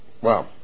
Wow